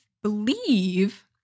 believe